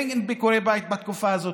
אין ביקורי בית בתקופה הזאת,